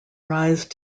rise